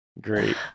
great